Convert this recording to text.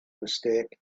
mistake